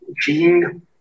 Gene